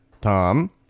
tom